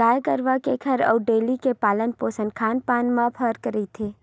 गाय गरुवा के घर अउ डेयरी के पालन पोसन खान पान म फरक रहिथे